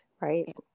Right